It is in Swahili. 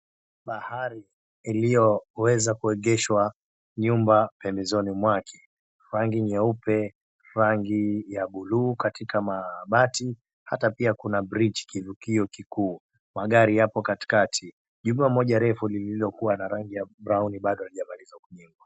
Bahari iliyoweza kuegeshwa nyumba pembezoni mwake, rangi nyeupe, rangi ya bluu katika mabati ata pia kuna bridge kivukio kikuu, magari yapo katikati. Jumba refu lililokuwa na rangi ya brown bado halijamalizwa kujengwa.